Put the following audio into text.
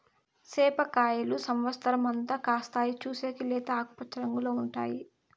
సేప కాయలు సమత్సరం అంతా కాస్తాయి, చూసేకి లేత ఆకుపచ్చ రంగులో ఉంటాయి